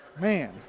Man